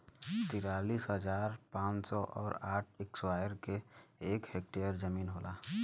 तिरालिस हजार पांच सौ और साठ इस्क्वायर के एक ऐकर जमीन होला